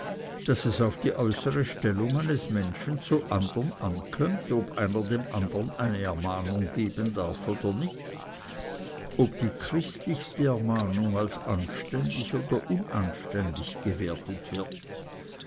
daß es auf die äußere stellung eines menschen zu andern ankömmt ob einer dem andern eine ermahnung geben darf oder nicht ob die christlichste ermahnung als anständig oder unanständig gewertet wird